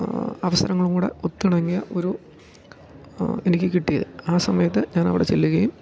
അവസരങ്ങളും കൂടെ ഒത്തിണങ്ങിയ ഒരു എനിക്ക് കിട്ടിയത് ആ സമയത്ത് ഞാൻ അവിടെ ചെല്ലുകയും